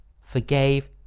forgave